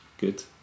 good